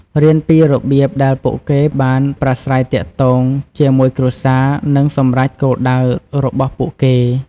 រៀនពីរបៀបដែលពួកគេបានប្រាស្រ័យទាក់ទងជាមួយគ្រួសារ និងសម្រេចគោលដៅរបស់ពួកគេ។